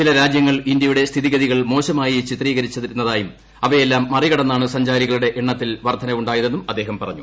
ചില രാജൃങ്ങൾ ഇന്തൃയുടെ സ്ഥിതിഗതികൾ മോശമായി ചിത്രീകരിച്ചിരുന്നതായും ഇവയെല്ലാം മറികടന്നാണ് സഞ്ചാരികളുടെ എണ്ണത്തിൽ വർദ്ധനയുണ്ടായതെന്നും അദ്ദേഹം പറഞ്ഞു